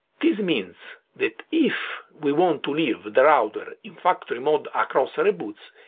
this means that if we want to leave the router, in factory mode across ah reboots,